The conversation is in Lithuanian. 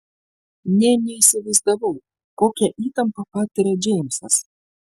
nė neįsivaizdavau kokią įtampą patiria džeimsas